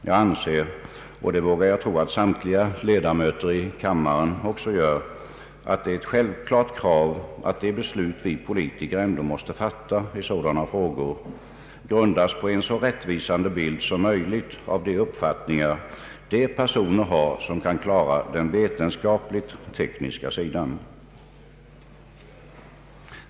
Jag anser, och det vågar jag tro att samtliga ledamöter i kammaren också gör, att det är ett självklart krav att de beslut vi politiker ändå måste fatta i sådana frågor grundas på en så rättvisande bild som möjligt av de uppfattningar de personer har, som kan klara den vetenskapligt tekniska sidan.